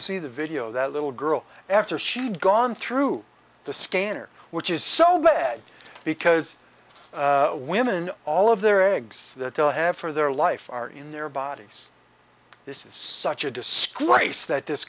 see the video that little girl after she'd gone through the scanner which is so bad because women all of their eggs that they'll have for their life are in their bodies this is such a display case that